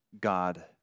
God